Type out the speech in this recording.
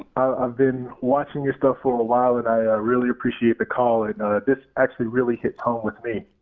um i've been watching your stuff for a while and i really appreciate the call. this actually really hits home with me.